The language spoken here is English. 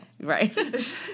right